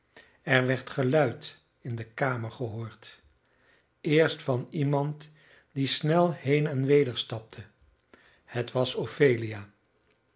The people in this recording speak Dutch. er werd geluid in de kamer gehoord eerst van iemand die snel heen en weder stapte het was ophelia